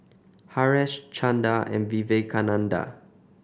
Haresh Chanda and Vivekananda